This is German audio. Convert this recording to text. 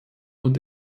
und